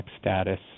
status